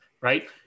Right